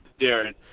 Darren